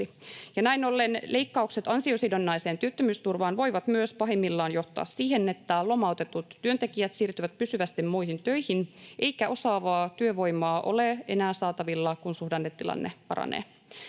Näin ollen leikkaukset ansiosidonnaiseen työttömyysturvaan voivat myös pahimmillaan johtaa siihen, että lomautetut työntekijät siirtyvät pysyvästi muihin töihin, eikä osaavaa työvoimaa ole enää saatavilla, kun suhdannetilanne paranee.